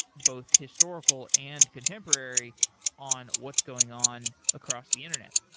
both historical and contemporary on what's going on across the internet.